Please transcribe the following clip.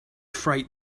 freight